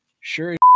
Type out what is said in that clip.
sure